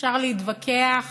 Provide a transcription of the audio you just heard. אפשר להתווכח